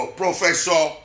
professor